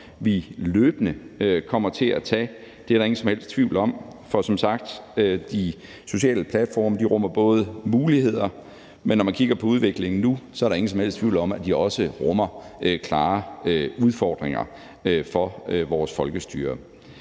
vi løbende kommer til at tage. Det er der ingen som helst tvivl om. For som sagt rummer de sociale platforme muligheder, men når man kigger på udviklingen nu, er der ingen tvivl om, at de også rummer klare udfordringer for vores folkestyre.